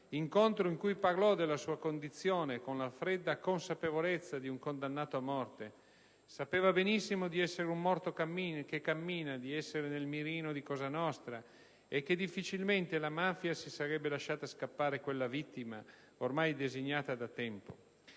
quell'incontro parlò della sua condizione con la fredda consapevolezza di un condannato a morte: sapeva benissimo di essere un «morto che cammina», di essere nel mirino di Cosa nostra e che difficilmente la mafia si sarebbe lasciata scappare quella vittima ormai designata da tempo.